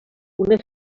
una